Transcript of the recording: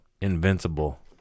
invincible